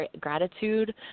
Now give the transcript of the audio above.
gratitude